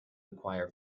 acquire